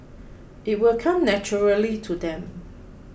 it will come naturally to them